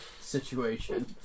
situation